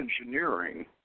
engineering